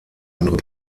andere